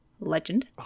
legend